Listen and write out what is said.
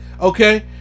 Okay